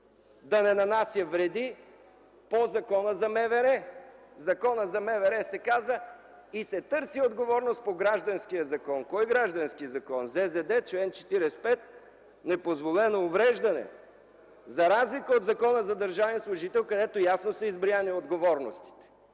да не нанася вреди по Закона за МВР. В Закона за МВР се казва: „и се търси отговорност по гражданския закон”. Кой граждански закон – ЗЗД, чл. 45: Непозволено увреждане? За разлика от Закона за държавния служител, където ясно са изброени отговорностите